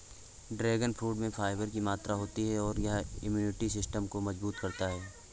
dragon fruit में fibre की मात्रा होती है और यह इम्यूनिटी सिस्टम को मजबूत करता है